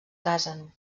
casen